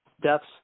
deaths